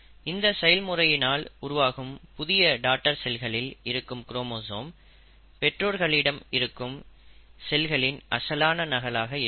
இந்த செயல்முறையினால் உருவாகும் புதிய டாடர் செல்களில் இருக்கும் குரோமோசோம் பெற்றோர்களிடம் இருக்கும் செல்களின் அசலான நகலாக இருக்காது